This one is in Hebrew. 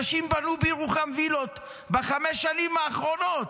אנשים בנו בירוחם וילות בחמש השנים האחרונות.